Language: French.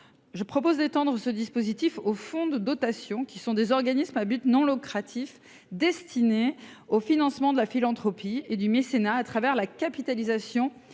Je propose d’étendre ce dispositif aux fonds de dotation, qui sont des organismes à but non lucratif, destinés au financement de la philanthropie et du mécénat grâce à la capitalisation